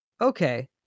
okay